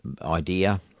idea